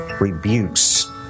rebukes